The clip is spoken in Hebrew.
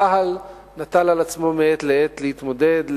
צה"ל נטל על עצמו מעת לעת להתמודד,